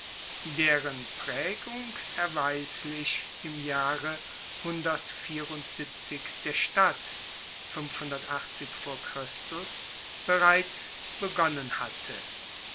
deren praegung erweislich im jahre der stadt bereits begonnen hatte